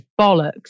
bollocks